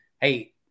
Hey